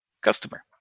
customer